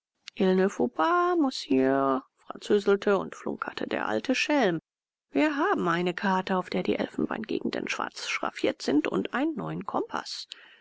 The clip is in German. messieurs französelte und flunkerte der alte schalk wir haben eine karte auf der die elfenbeingegenden schwarz schraffiert sind und einen neuen kompaß